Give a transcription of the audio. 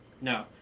No